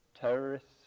terrorists